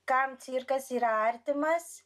kam cirkas yra artimas